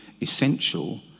essential